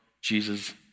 Jesus